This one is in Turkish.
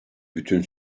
bütün